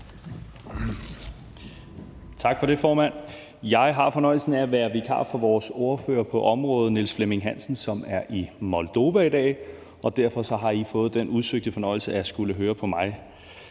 Tak for det, formand. Jeg har fornøjelsen af at være vikar for vores ordfører på området, Niels Flemming Hansen, som er i Moldova i dag, og derfor har I den udsøgte fornøjelse at skulle høre på mig.